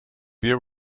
beer